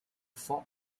fought